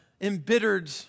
embittered